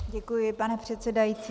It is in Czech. Děkuji, pane předsedající.